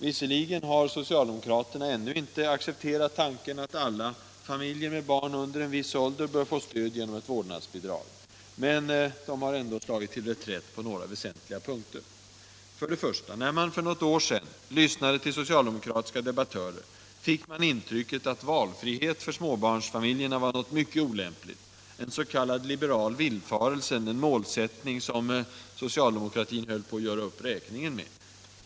Visserligen har socialdemokraterna ännu inte accepterat tanken att alla familjer med barn under en viss ålder bör få stöd genom ett vårdnadsbidrag. De har dock slagit till reträtt på några väsentliga punkter. 1. När man för något år sedan lyssnade till socialdemokratiska debattörer fick man intrycket att valfrihet för småbarnsfamiljerna var något mycket olämpligt, en liberal villfarelse, en målsättning som socialdemokratin höll på att göra upp räkningen med.